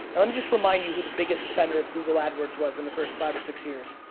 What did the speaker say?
um just remind you who the biggest spender of google adwords was in the first five or six years.